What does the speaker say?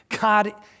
God